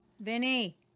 Vinny